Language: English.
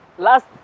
Last